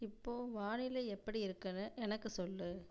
இப்போ வானிலை எப்படி இருக்குனு எனக்கு சொல்